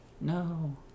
no